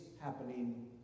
happening